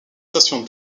stations